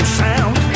sound